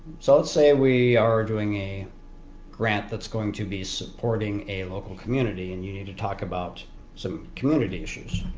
so let's say we are doing a grant that's going to be supporting a local community and you need to talk about some community issues.